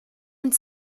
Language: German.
und